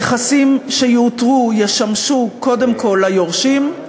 הנכסים שיאותרו ישמשו קודם כול ליורשים,